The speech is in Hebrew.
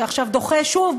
שעכשיו דוחה שוב,